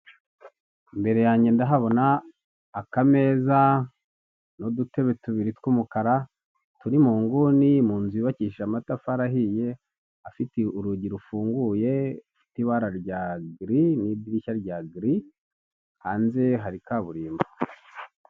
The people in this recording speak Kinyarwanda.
Imbere yange ndahabona akameza n'udutebe tubiri tw'umukara turi mu nguni mu nzu yubakishije amatafari ahiye, afite urugi rufunguye rufite ibara rya giri n'idirishya rya giri hanze hari kaburimbo.